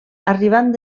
arribant